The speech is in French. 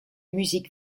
musique